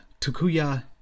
Takuya